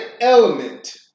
element